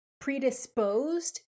predisposed